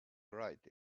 write